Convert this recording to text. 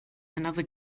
another